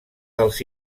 dels